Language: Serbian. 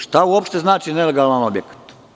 Šta uopšte znači nelegalan objekat?